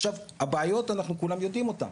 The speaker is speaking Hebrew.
עכשיו הבעיות אנחנו כולנו יודעים אותם,